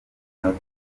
inota